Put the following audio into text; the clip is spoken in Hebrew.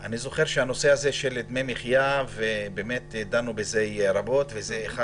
הנושא של דמי מחייה דנו בו רבות וזה אחד